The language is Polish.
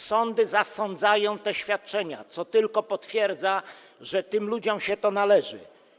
Sądy zasądzają te świadczenia, co tylko potwierdza, że tym ludziom się to należy.